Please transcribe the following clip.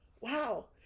wow